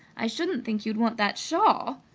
i shouldn't think you'd want that shawl!